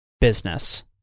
business